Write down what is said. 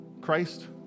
Christ